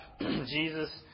Jesus